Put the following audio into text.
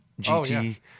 GT